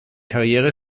karriere